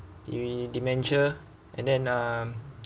iri~ dementia and then uh